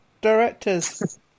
Directors